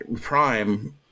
prime